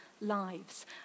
lives